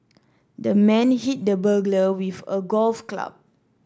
the man hit the burglar with a golf club